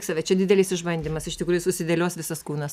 save čia didelis išbandymas iš tikrųjų susidėlios visas kūnas